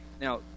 Now